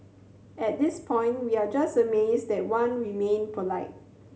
at this point we are just amazed that Wan remained polite